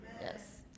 Yes